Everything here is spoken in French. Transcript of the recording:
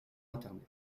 internet